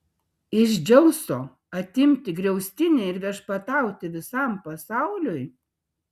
iš dzeuso atimti griaustinį ir viešpatauti visam pasauliui